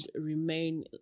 remain